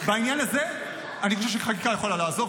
בעניין הזה אני חושב שחקיקה יכולה לעזור,